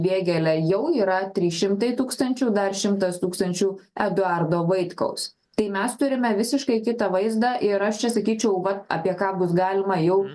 vėgėlę jau yra trys šimtai tūkstančių dar šimtas tūkstančių eduardo vaitkaus tai mes turime visiškai kitą vaizdą ir aš čia sakyčiau vat apie ką bus galima jau